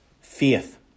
faith